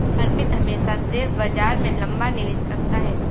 अर्पित हमेशा शेयर बाजार में लंबा निवेश करता है